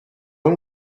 ont